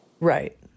Right